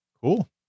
cool